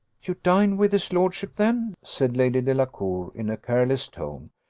you dine with his lordship then? said lady delacour, in a careless tone.